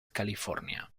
california